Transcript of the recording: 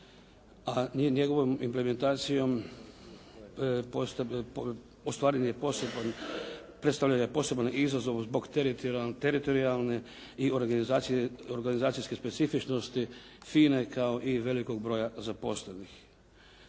a njegovom implementacijom ostvaren je, predstavljen je poseban izazov zbog teritorijalne i organizacijske specifičnosti FINA-e kao i velikog broja zaposlenih.